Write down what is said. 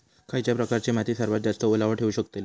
खयच्या प्रकारची माती सर्वात जास्त ओलावा ठेवू शकतली?